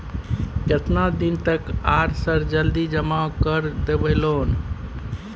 केतना दिन तक आर सर जल्दी जमा कर देबै लोन?